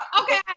Okay